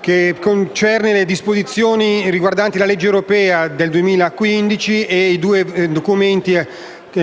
che concerne le disposizioni riguardanti la legge europea del 2015 e i due documenti